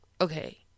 Okay